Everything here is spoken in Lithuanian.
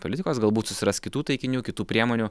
politikos galbūt susiras kitų taikinių kitų priemonių